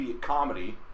comedy